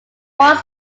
one